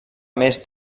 més